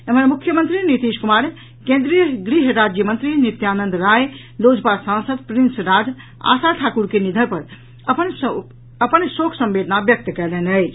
एम्हर मुख्यमंत्री नीतीश कुमार केंद्रीय गृह राज्य मंत्री नित्यानंद राय लोजपा सांसद प्रिंस राज आशा ठाकुर के निधन पर अपन शोक संवेदना व्यक्त कयलनि अछि